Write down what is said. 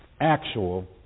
actual